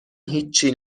هیچی